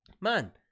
man